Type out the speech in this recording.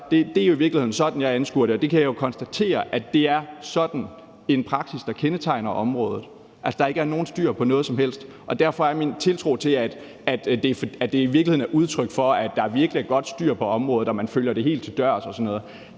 Det er i virkeligheden sådan, jeg anskuer det, og det kan jeg konstatere er sådan en praksis, der kendetegner området, altså at der ikke er styr på noget som helst. Derfor er min tiltro til, at det i virkeligheden er udtryk for, at der virkelig er godt styr på området, og at man følger det helt til dørs og sådan noget,